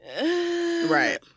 right